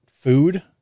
food